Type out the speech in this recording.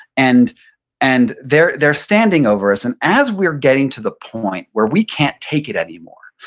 and and they're they're standing over us. and as we're getting to the point where we can't take it anymore,